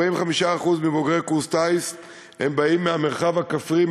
45% מבוגרי קורס טיס באים מהמרחב הכפרי,